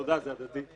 תודה, זה הדדי.